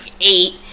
eight